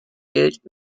gilt